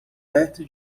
perto